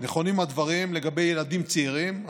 נכונים הדברים לגבי ילדים צעירים,